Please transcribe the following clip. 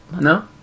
No